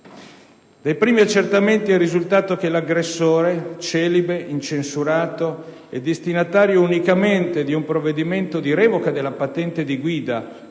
Dai primi accertamenti è risultato che l'aggressore - celibe, incensurato e destinatario unicamente di un provvedimento di revoca della patente di guida